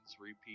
repeat